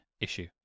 issue